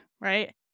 right